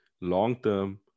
long-term